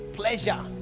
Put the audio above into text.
pleasure